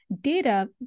data